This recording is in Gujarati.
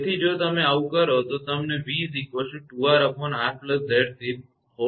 તેથી જો તમે આવું કરો તો તમને 𝑣 2𝑅𝑅𝑍𝑐